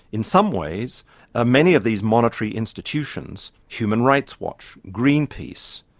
in some ways ah many of these monitory institutions human rights watch, greenpeace,